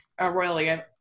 Royally